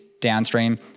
downstream